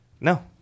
No